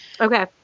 Okay